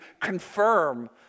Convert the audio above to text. confirm